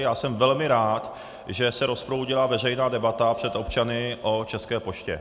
Já jsem velmi rád, že se rozproudila veřejná debata před občany o České poště.